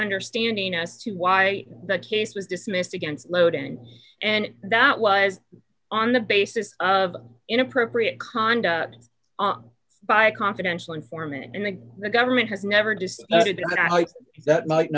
understanding as to why the case was dismissed against loading and that was on the basis of inappropriate conduct on by a confidential informant and that the government has never does that might